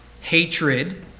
hatred